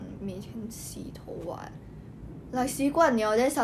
ya lah like the 叶非墨 [one] right the